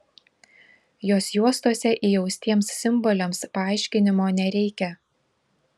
jos juostose įaustiems simboliams paaiškinimo nereikia